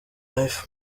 life